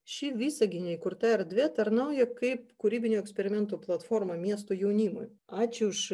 ši visagine įkurta erdvė tarnauja kaip kūrybinių eksperimentų platforma miesto jaunimui ačiū už